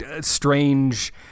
strange